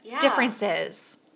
Differences